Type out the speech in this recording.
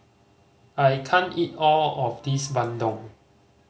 I can't eat all of this bandung